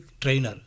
trainer